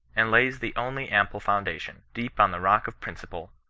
and lays the only am ple foundation, deep on the rock of principle,